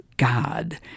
God